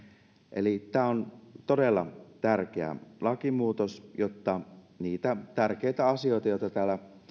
eli tämä on todella tärkeä lakimuutos jotta niitä tärkeitä asioita joita täällä